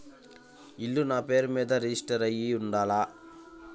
ఇల్లు నాపేరు మీదే రిజిస్టర్ అయ్యి ఉండాల?